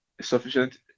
sufficient